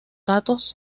apoyaba